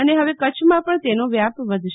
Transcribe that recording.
અને હવે કચ્છમાં પણ તેનો વ્યાપ વધશે